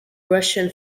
russian